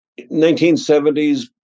1970s